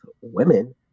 women